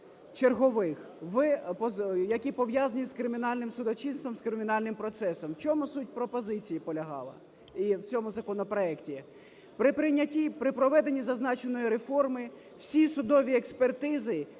чергових, які пов'язані з кримінальним судочинством, з кримінальним процесом. В чому суть пропозиції полягала і в цьому законопроекті? При прийнятті, при проведенні зазначеної реформи всі судові експертизи,